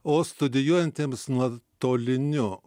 o studijuojantiems nuotoliniu